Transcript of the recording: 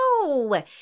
No